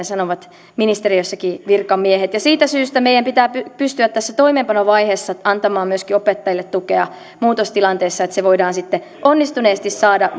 sanovat ministeriössäkin virkamiehet ja siitä syystä meidän pitää pystyä tässä toimeenpanovaiheessa antamaan myöskin opettajille tukea muutostilanteessa että se voidaan sitten onnistuneesti saada